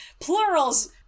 plurals